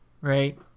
right